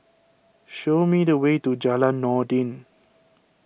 show me the way to Jalan Noordin